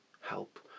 help